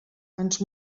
ens